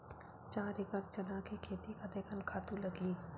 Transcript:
चार एकड़ चना के खेती कतेकन खातु लगही?